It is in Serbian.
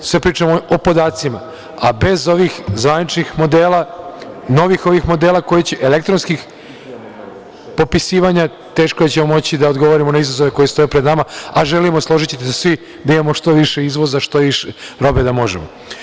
Sve pričamo o podacima, a bez ovih zvaničnih modela, novih ovih modela elektronskih popisivanja teško da ćemo moći da odgovorimo na izazove koji stoje pred nama, a želimo, složićete se svi da imamo što više izvoza, što više robe, da možemo.